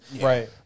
Right